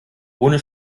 ohne